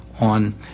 on